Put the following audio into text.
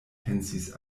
pensis